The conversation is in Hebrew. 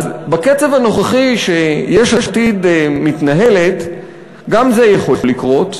אז בקצב הנוכחי שיש עתיד מתנהלת גם זה יכול לקרות,